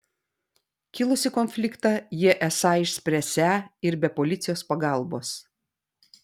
kilusį konfliktą jie esą išspręsią ir be policijos pagalbos